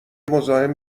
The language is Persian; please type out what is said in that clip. مزاحم